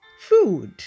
food